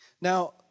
Now